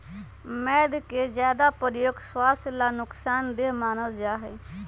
मैद के ज्यादा प्रयोग स्वास्थ्य ला नुकसान देय मानल जाहई